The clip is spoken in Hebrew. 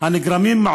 שמדברים.